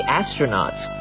astronauts